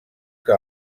que